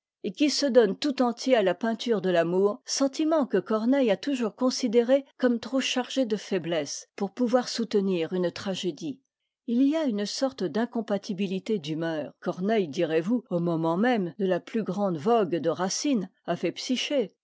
et qui se donne tout entier à la peinture de l'amour sentiment que corneille a toujours considéré comme trop chargé de faiblesse pour pouvoir soutenir une tragédie il y a une sorte d'incompatibilité d'humeur corneille direz-vous au moment même de la plus grande vogue de